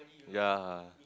ya